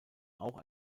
auch